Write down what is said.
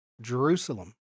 Jerusalem